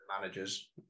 managers